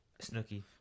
Snooky